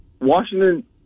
Washington